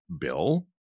bill